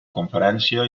conferència